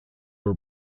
were